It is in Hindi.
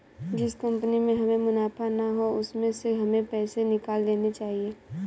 जिस कंपनी में हमें मुनाफा ना हो उसमें से हमें पैसे निकाल लेने चाहिए